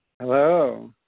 Hello